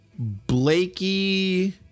Blakey